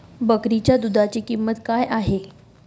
बकरीच्या दूधाची किंमत काय आहे?